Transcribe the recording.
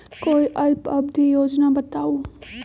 कोई अल्प अवधि योजना बताऊ?